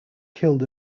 killed